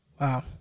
Wow